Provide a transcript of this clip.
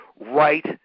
right